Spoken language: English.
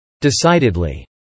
Decidedly